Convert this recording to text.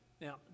Now